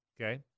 okay